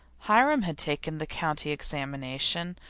hiram had taken the county examination,